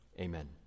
Amen